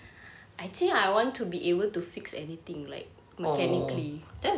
I think I want to be able to fix anything like mechanically